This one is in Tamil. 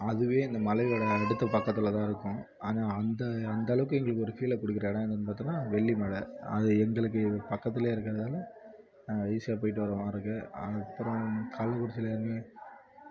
அதுவே அந்த மலையோடய அடுத்த பக்கத்தில்தான் இருக்கும் ஆனால் அந்த அந்தளவுக்கு எங்களுக்கு ஒரு ஃபீலை கொடுக்கிற இடம்னு பார்த்தோம்னா வெள்ளிமலை அது எங்களுக்குப் பக்கத்தில் இருக்கிறதால் நாங்கள் ஈசியாக போயிட்டு வருவோம் அதுக்கு அப்புறம் கள்ளக்குறிச்சியில் வேற